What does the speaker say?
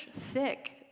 thick